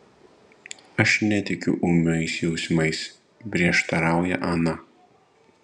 aš netikiu ūmiais jausmais prieštarauja ana